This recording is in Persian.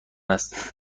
است